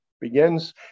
begins